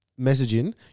Messaging